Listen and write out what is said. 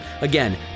Again